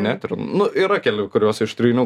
net ir nu yra kelių kuriuos ištryniau